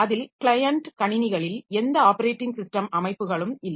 அதில் க்ளையன்ட் கணினிகளில் எந்த ஆப்பரேட்டிங் ஸிஸ்டம் அமைப்புகளும் இல்லை